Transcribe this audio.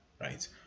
right